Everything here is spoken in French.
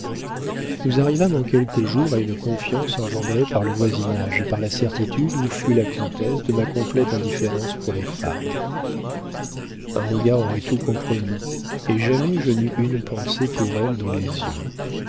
nous arrivâmes en quelques jours à une confiance engendrée par le voisinage et par la certitude où fut la comtesse de ma complète indifférence pour les femmes un regard aurait tout compromis et jamais je n'eus une pensée pour elle dans les yeux